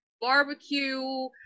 barbecue